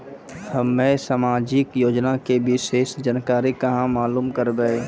हम्मे समाजिक योजना के विशेष जानकारी कहाँ मालूम करबै?